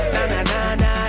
Na-na-na-na